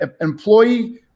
employee